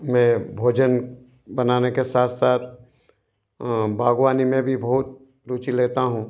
मैं भोजन बनाने के साथ साथ बागवानी में भी बहुत रुचि लेता हूँ